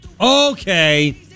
Okay